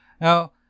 Now